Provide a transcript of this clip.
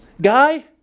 guy